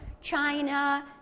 China